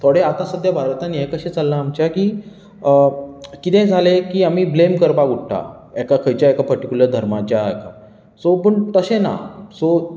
थोडें आतां सद्या भारतान हें कशें चल्ला आमचें की कितेंय जालें की आमी ब्लेम करपाक उट्टा एका खंयच्या एका पर्टिकुलर धर्माच्या हेका सो पूण तशें ना सो